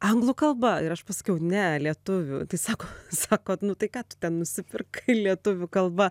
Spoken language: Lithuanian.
anglų kalba ir aš pasakiau ne lietuvių tai sako sakot nu tai ką tu ten nusipirkau lietuvių kalba